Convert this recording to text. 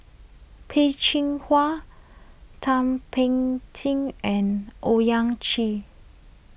Peh Chin Hua Thum Ping Tjin and Owyang Chi